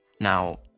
Now